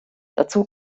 dazu